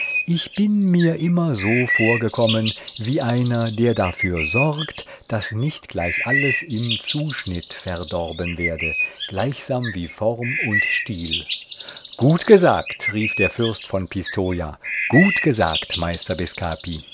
ich bin mir immer so vorgekommen wie einer der dafür sorgt daß nicht gleich alles im zuschnitt verdorben werde gleichsam wie form und stil gut gesagt rief der fürst von pistoja gut gesagt meister